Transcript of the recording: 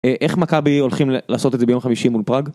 איך מכבי הולכים לעשות את זה ביום חמישי מול פראג.